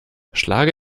schlage